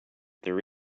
there